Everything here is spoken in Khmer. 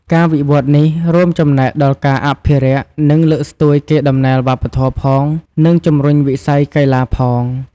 ការវិវឌ្ឍនេះរួមចំណែកដល់ការអភិរក្ស និងលើកស្ទួយកេរដំណែលវប្បធម៌ផង និងជំរុញវិស័យកីឡាផង។